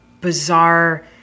bizarre